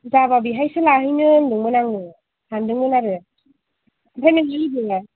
जाबा बेहायसो लाहैनो होन्दोंमोन आङो सान्दोंमोन आरो ओमफ्राय नों